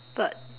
but